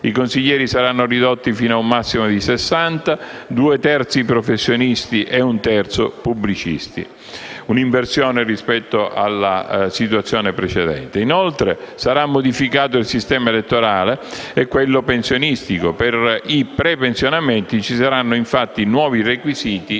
I consiglieri saranno ridotti fino ad un massimo di 60 (due terzi professionisti e un terzo pubblicisti); un'inversione rispetto alla situazione precedente. Inoltre, sarà modificato il sistema elettorale e quello pensionistico: per i prepensionamenti ci saranno infatti nuovi requisiti